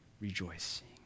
rejoicing